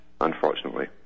unfortunately